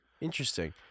Interesting